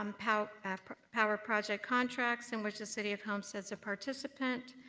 um power power project contracts and which the city of homestead is a participant.